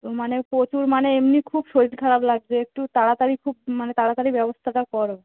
মানে প্রচুর মানে এমনি খুব শরীর খারাপ লাগছে একটু তাড়াতাড়ি খুব মানে তাড়াতাড়ি ব্যবস্থাটা করো